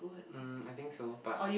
um I think so but